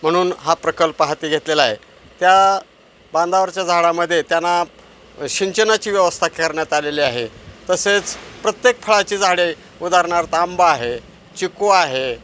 म्हणून हा प्रकल्प हाती घेतलेला आहे त्या बांधावरच्या झाडामध्ये त्यांना सिंचनाची व्यवस्था करण्यात आलेली आहे तसेच प्रत्येक फळाची झाडे उदाहरणार्थ आांबा आहे चिकू आहे